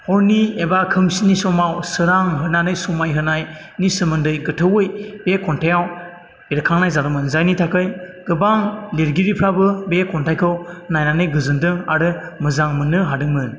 हरनि एबा खोमसिनि समाव सोरां होनानै समाय होनायनि सोमोन्दै गोथौवै बे खन्थाइयाव बेरखांनाय जादोंमोन जायनि थाखाय गोबां लिरगिरिफ्राबो बे खन्थाइखौ नायनानै गोजोनदों आरो मोजां मोननो हादोंमोन